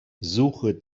suche